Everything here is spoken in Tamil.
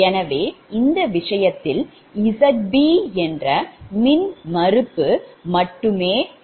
எனவே இந்த விஷயத்தில் Zb மின்மறுப்பு மட்டுமே உள்ளது